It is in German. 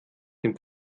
dem